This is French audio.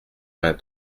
vingt